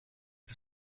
het